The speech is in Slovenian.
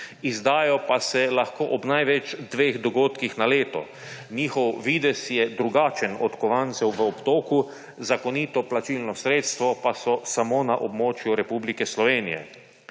izdajo pa se lahko ob največ dveh dogodkih na leto. Njihov videz je drugačen od kovancev v obtoku, zakonito plačilno sredstvo pa so samo na območju Republike Slovenije.